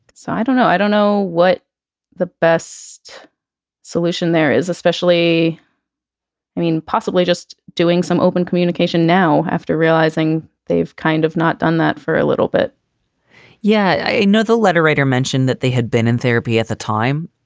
so i don't know. i don't know what the best solution there is, especially i mean, possibly just doing some open communication now after realizing they've kind of not done that for a little bit yeah, i know the letter writer mentioned that they had been in therapy at the time.